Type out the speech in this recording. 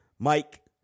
Mike